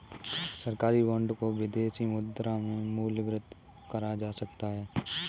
सरकारी बॉन्ड को विदेशी मुद्रा में मूल्यवर्गित करा जा सकता है